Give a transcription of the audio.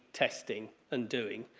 testing and doing.